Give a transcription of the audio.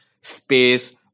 Space